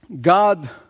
God